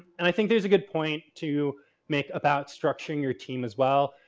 and i think there's a good point to make about structuring your team as well.